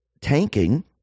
tanking